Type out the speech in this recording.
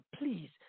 please